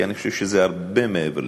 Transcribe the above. כי אני חושב שזה הרבה מעבר לזה.